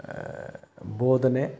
ಬೋಧನೆ